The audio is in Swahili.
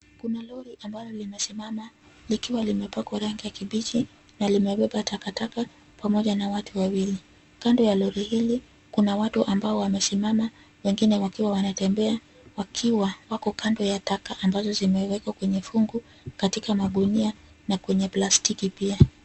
Kuna lori ambalo limesimama, likiwa limepakwa rangi ya kibichi, na limebeba takataka, pamoja na watu wawili. Kando ya lori hili, kuna watu ambao wamesimama, wengine wakiwa wanatembea, wakiwa wako kando ya taka ambazo zimewekwa kwenye fungu, katika magunia, na kwenye plastiki pia.